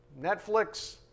Netflix